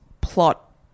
plot